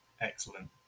Excellent